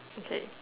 okay